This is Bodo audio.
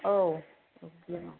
औ अगजिलियामाव